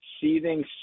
seething